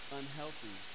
unhealthy